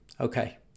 Okay